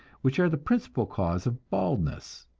which are the principal cause of baldness.